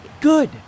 Good